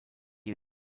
you